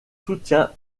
soutien